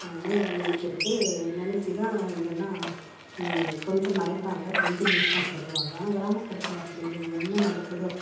நினைக்கிறது நெனைச்சிதான் இதெல்லாம் கொஞ்சம் மறைப்பாங்க கொஞ்சம் நியூஸ் தான் சொல்வாங்க ஆனால் கிராமப்புறத்தில் அப்படி இல்லை என்ன நடக்குதோ